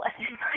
lesson